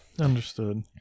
Understood